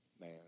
man